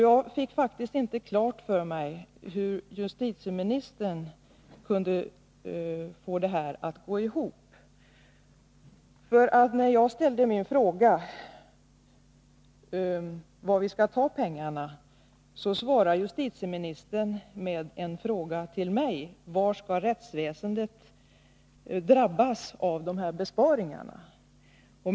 Jag fick faktiskt inte klart för mig hur justitieministern kunde få det här att gå ihop. När jag ställde min fråga om var vi skall ta pengarna svarade justitieministern med en fråga till mig: Var skall rättsväsendet drabbas av besparingar?